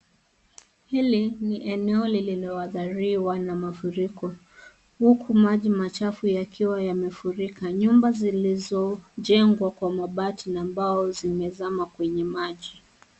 Hili ni eneo lililoathiriwa na mafuriko, huku maji machafu yakiwa yamefurika nyumba zilizojengwa kwa mabati na mbao zimezama kwenye maji.